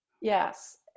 Yes